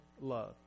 love